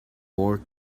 more